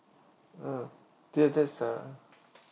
oh that that's uh